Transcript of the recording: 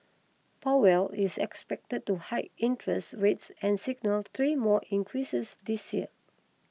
Powell is expected to hike interest rates and signal three more increases this year